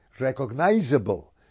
recognizable